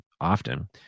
often